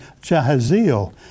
Jahaziel